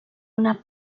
una